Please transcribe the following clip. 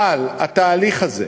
אבל התהליך הזה,